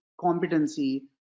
competency